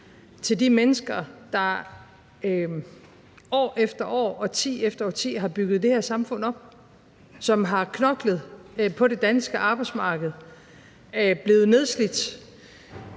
til de mennesker, der år efter år og årti efter årti har bygget det her samfund op, som har knoklet på det danske arbejdsmarked, er blevet nedslidt